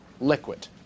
liquid